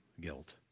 guilt